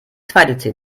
zweite